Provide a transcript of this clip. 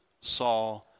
saw